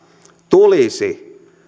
tulisi